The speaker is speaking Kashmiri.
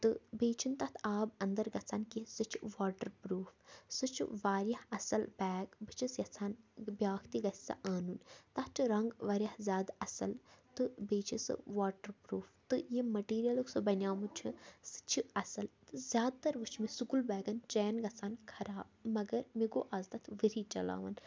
تہٕ بیٚیہِ چِھنہٕ تَتھ آب اَندَر گَژھان کینٛہہ سُہ چھِ واٹَر پرٛوٗپھ سُہ چِھ واریاہ اَصٕل بیگ بہٕ چھَس یَژھان بیٛاکھ تہِ گَژھِ سُہ اَنُن تَتھ چِھ رنٛگ واریاہ زیادٕ اَصٕل تہٕ بیٚیہِ چھِ سُہ واٹَر پرٛوٗپھ تہٕ ییٚمۍ مٔٹیٖریَلُک سُہ بَنیٛامُت چھِ سُہ چھِ اَصٕل تہٕ زیادٕتَر وُچھ مےٚ سکوٗل بیگَن چین گَژھان خَراب مَگَر مےٚ گوٚو آز تَتھ ؤری چَلاوَن